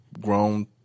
Grown